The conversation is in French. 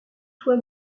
toi